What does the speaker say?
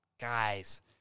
guys